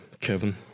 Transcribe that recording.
Kevin